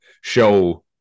show